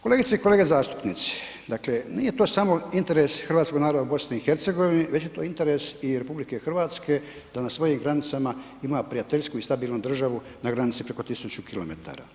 Kolegice i kolege zastupnici, dakle, nije to samo interes hrvatskog naroda u BiH, već je to interes i RH da na svojim granicama ima prijateljsku i stabilnu državu na granici preko 1000 km.